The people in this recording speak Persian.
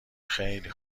خیلی